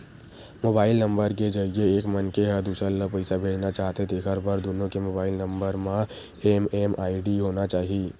mobile number के जरिए एक मनखे ह दूसर ल पइसा भेजना चाहथे तेखर बर दुनो के मोबईल नंबर म एम.एम.आई.डी होना चाही